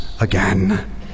again